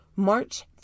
March